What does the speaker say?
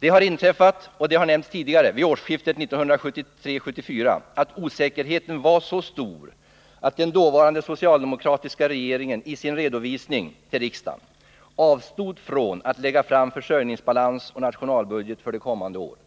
Som har nämnts tidigare var osäkerheten vid årsskiftet 1973-1974 så stor att den dåvarande socialdemokratiska regeringen i sin redovisning till riksdagen avstod från att lägga fram försörjningsbalans och nationalbudget för det kommande året.